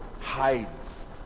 hides